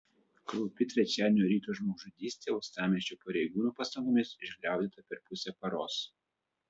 kraupi trečiadienio ryto žmogžudystė uostamiesčio pareigūnų pastangomis išgliaudyta per pusę paros